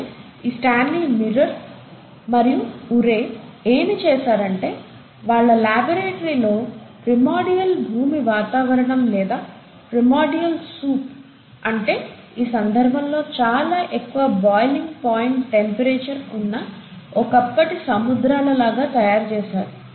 అయితే ఈ Stanley Miller మరియు ఉరేయ్ ఏమి చేసారంటే వాళ్ళ లాబరేటరీ లో ప్రిమోర్డిల్ భూమి వాతావరణం లేదా ప్రిమోర్డిల్ సూప్ అంటే ఈ సందర్భంలో చాలా ఎక్కువ బాయిలింగ్ పాయింట్ టెంపరేచర్ ఉన్న ఒకప్పటి సముద్రాల లాగా తయారు చేసారు